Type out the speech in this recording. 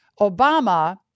Obama